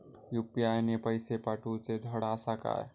UPI ने पैशे पाठवूचे धड आसा काय?